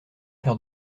faire